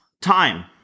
Time